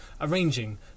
arranging